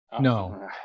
No